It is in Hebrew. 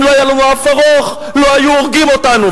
אם לא היה לנו אף ארוך לא היו הורגים אותנו,